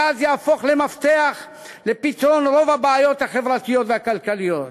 הגז יהפוך למפתח לפתרון רוב הבעיות החברתיות והכלכליות.